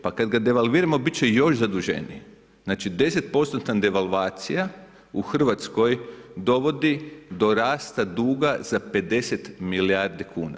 Pa kada ga devalviramo, biti će još zaduženiji, znači 10% devalvacija u Hrvatskoj dovodi do rasta duga za 50 milijardi kuna.